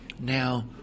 now